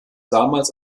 damals